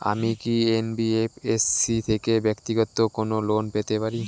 আমি কি এন.বি.এফ.এস.সি থেকে ব্যাক্তিগত কোনো লোন পেতে পারি?